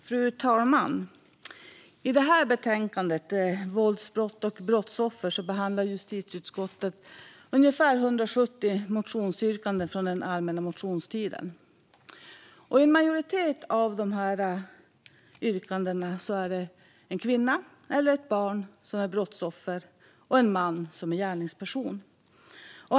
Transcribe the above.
Fru talman! I detta betänkande, Våldsbrott och brottsoffer , behandlar justitieutskottet ungefär 170 motionsyrkanden från allmänna motionstiden. I en majoritet av dessa yrkanden handlar det om att en kvinna eller ett barn är brottsoffer och att en man är gärningsperson.